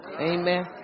amen